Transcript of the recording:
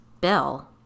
Bill